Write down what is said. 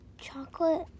chocolate